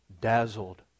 dazzled